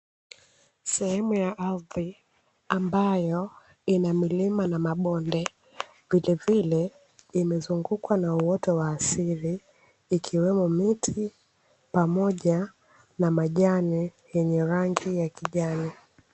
Sehemu ya ardhi ambayo ina milima na mabonde, vile vile imezungukwa na Uoto wa asili kama miti pamoja na majani yenye rangi ya kijani.